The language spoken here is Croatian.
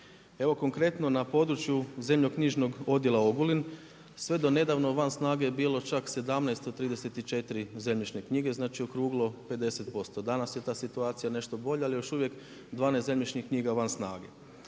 Evo konkretno na području Zemljišno-knjižnog odjela Ogulin sve do nedavno van snaga je bilo čak 17 od 34 zemljišne knjige, znači okruglo 50%. Danas je ta situacija nešto bolja ali još uvijek 12 zemljišnih knjiga je van snage.